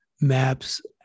maps